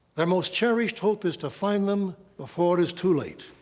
their most cherished hope is to find them before it is too late.